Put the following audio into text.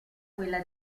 quella